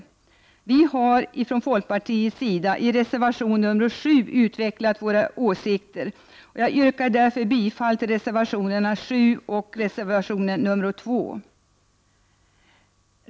Folkpartiet har i reservation nr 7 utvecklat våra åsikter, och jag yrkar därför bifall till reservation nr 7 och reservation nr 2.